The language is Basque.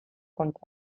kontra